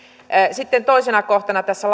sitten toisena kohtana tässä